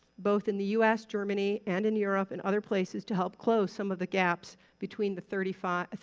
both in the u s, germany and in europe and other places, to help close some of the gaps between the thirty five,